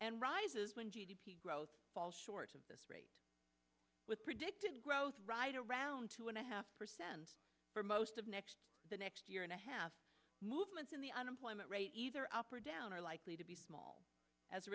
and rises when g d p growth short of this rate with predicted growth right around two and a half percent for most of next the next year and a half movements in the unemployment rate either up or down are likely to be small as a